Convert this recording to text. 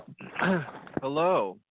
Hello